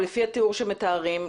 לפי התיאור שמתארים,